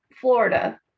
florida